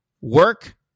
work